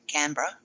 Canberra